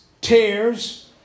tears